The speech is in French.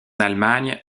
allemagne